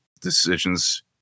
decisions